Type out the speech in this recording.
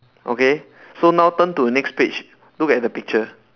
okay so now turn to the next page look at the picture